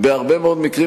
יש הרבה מאוד מקרים,